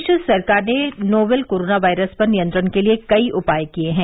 प्रदेश सरकार ने novel coronavirus पर नियंत्रण के लिए कई उपाय किए हैं